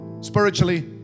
Spiritually